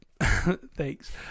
Thanks